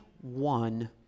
one